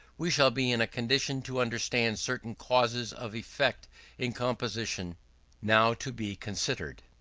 we shall be in a condition to understand certain causes of effect in composition now to be considered.